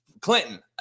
Clinton